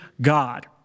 God